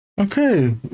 Okay